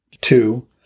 Two